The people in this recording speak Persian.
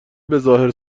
بهظاهر